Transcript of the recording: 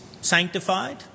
sanctified